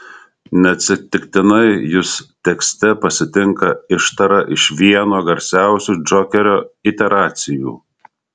neatsitiktinai jus tekste pasitinka ištara iš vieno garsiausių džokerio iteracijų